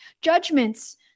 judgments